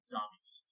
Zombies